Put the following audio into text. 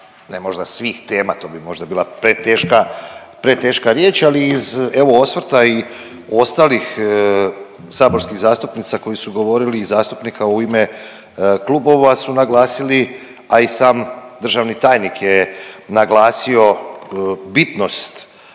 ne možda svih tema, to bi možda bila preteška riječ, ali iz evo, osvrta i ostalih saborskih zastupnica koji su govorili i zastupnika u ime klubova su naglasili, a i sam državni tajnik je naglasio bitnost,